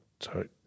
Sorry